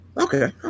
Okay